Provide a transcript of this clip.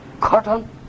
cotton